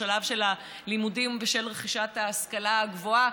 בשלב של הלימודים ושל רכישת ההשכלה הגבוהה,